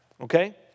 Okay